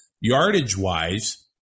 yardage-wise